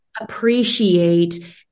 appreciate